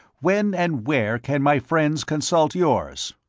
when and where can my friends consult yours?